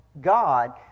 God